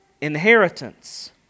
inheritance